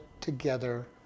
together